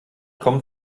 kommt